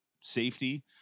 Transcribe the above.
safety